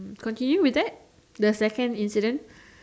continue with that the second incident